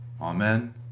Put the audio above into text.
Amen